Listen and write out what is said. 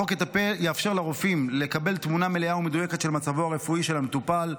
החוק יאפשר לרופאים לקבל תמונה מלאה ומדויקת על מצבו הרפואי של המטופל.